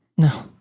No